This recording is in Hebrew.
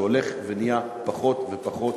שהולך ונהיה פחות ופחות